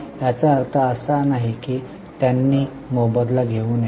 याचा अर्थ असा नाही की त्यांनी मोबदला घेऊ नये